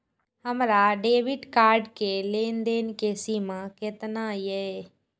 हमार debit card के लेन देन के सीमा केतना ये?